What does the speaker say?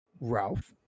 Ralph